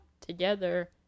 together